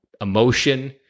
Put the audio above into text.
emotion